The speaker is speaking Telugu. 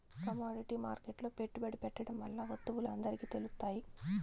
కమోడిటీ మార్కెట్లో పెట్టుబడి పెట్టడం వల్ల వత్తువులు అందరికి తెలుత్తాయి